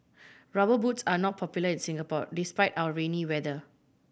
Rubber Boots are not popular in Singapore despite our rainy weather